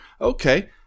Okay